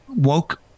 woke